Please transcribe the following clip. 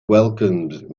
welcomed